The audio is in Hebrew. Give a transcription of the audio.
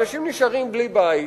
אנשים נשארים בלי בית,